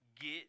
get –